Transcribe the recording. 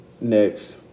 Next